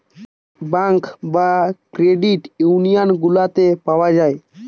bank বা credit union গুলাতে পাওয়া যায়